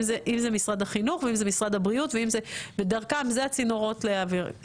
אם זה משרד החינוך ואם זה משרד הבריאות ודרכם זה הצינורות להעביר.